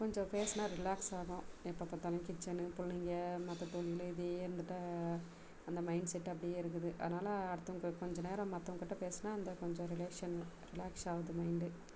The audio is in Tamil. கொஞ்சம் பேசுனால் ரிலாக்ஸ் ஆகும் எப்போ பார்த்தாலும் கிட்சனு பிள்ளைங்க மற்ற தொழில் இதையே இருந்துட்டால் அந்த மைண்ட் செட் அப்படியே இருக்குது அதனால் அடுத்தவங்க கொஞ்ச நேரம் மற்றவங்ககிட்ட பேசுனால் அந்த கொஞ்சம் ரிலேஷன் ரிலாக்ஸ் ஆகுது மைண்டு